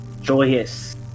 joyous